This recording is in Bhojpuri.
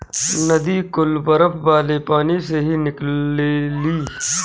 नदी कुल बरफ वाले पानी से ही निकलेली